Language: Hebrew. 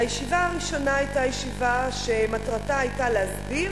הישיבה הראשונה היתה ישיבה שמטרתה היתה להסדיר